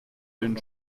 den